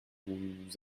vous